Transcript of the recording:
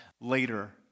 later